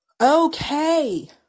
Okay